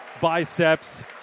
biceps